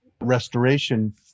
restoration